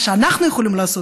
מה שאנחנו יכולים לעשות,